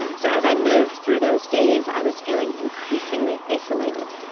so as i moved through those days, i was feeling increasingly isolated.